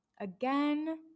Again